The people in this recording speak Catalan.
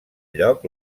lloc